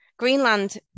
Greenland